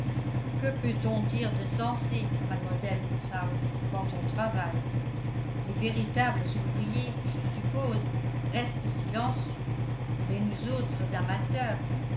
que peut-on dire de sensé mademoiselle woodhouse quand on travaille les véritables ouvriers je suppose restent silencieux mais nous autres amateurs